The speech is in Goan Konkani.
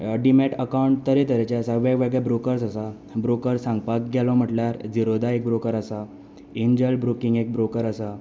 डिमॅट अकावंट तरेतरेचे आसा वेगवेगळे ब्रोकर्स आसा ब्रोकर सांगपाक गेलो म्हटल्यार झिरोदा एक ब्रोकर्स आसा इनजर्ड ब्रोकींक एक ब्रोकर आसा